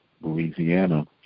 Louisiana